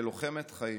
ללוחמת חיים.